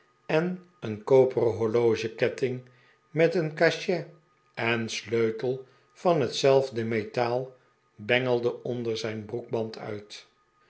en een koperen horlogeketting met een cachet en sleutel van hetzelfde metaal bengelde onder zijn broeksband uit